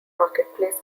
marketplace